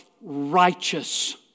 righteous